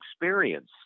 experience